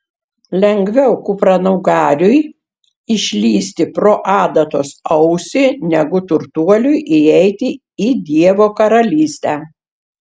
lengviau kupranugariui išlįsti pro adatos ausį negu turtuoliui įeiti į dievo karalystę